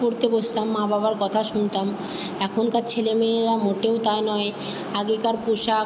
পড়তে বসতাম মা বাবার কথা শুনতাম এখনকার ছেলে মেয়েরা মোটেও তা নয় আগেকার পোশাক